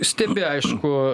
stebi aišku